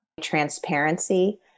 transparency